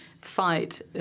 fight